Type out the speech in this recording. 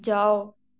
जाओ